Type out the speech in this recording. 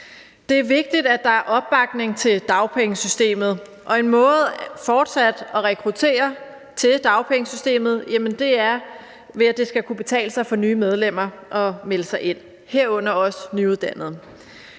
Det er vigtigt, at der er opbakning til dagpengesystemet, og en måde fortsat at rekruttere til dagpengesystemet er, at det skal kunne betale sig for nye medlemmer at melde sig ind, herunder også nyuddannede.